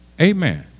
Amen